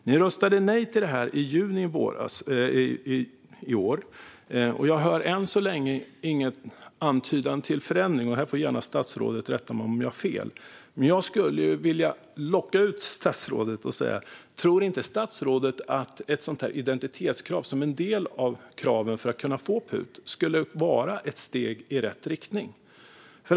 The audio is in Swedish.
Ni röstade nej till detta i juni i år, och jag hör än så länge ingen antydan till förändring. Statsrådet får gärna rätta mig om jag har fel. Jag skulle vilja locka ur detta ur statsrådet genom att fråga: Tror inte statsrådet att ett sådant här identitetskrav som en del av kraven för att få PUT skulle vara ett steg i rätt riktning?